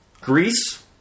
Greece